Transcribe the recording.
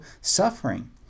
suffering